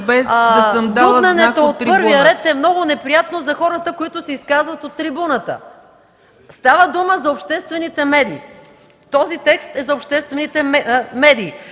без да съм дала знак от трибуната?